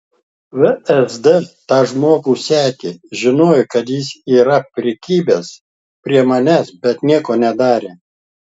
vsd tą žmogų sekė žinojo kad jis yra prikibęs prie manęs bet nieko nedarė